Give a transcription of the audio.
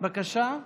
בבקשה.